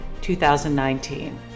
2019